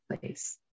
place